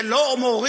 אבל זה לא מוריד,